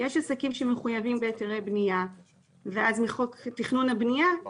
יש עסקים שמחויבים בהיתרי בנייה ואז מחוק התכנון והבנייה הם